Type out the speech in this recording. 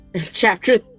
Chapter